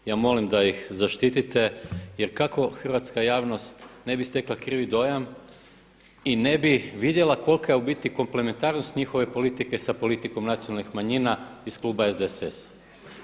Ja molim da ih zaštitite jer kako hrvatska javnost ne bi stekla krivi dojam i ne bi vidjela kolika je u biti komplementarnost njihove politike sa politikom nacionalnih manjina iz kluba SDSS-a.